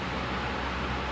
asal kerja merepek seh